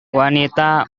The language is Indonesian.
wanita